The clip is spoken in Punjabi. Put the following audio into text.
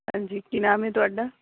ਹਾਂਜੀ ਕੀ ਨਾਮ ਐ ਤੁਹਾਡਾ